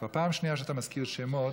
כבר פעם שנייה שאתה מזכיר שמות.